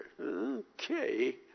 Okay